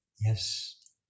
Yes